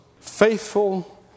faithful